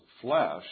flesh